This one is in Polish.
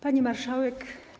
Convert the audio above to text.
Pani Marszałek!